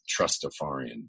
trustafarian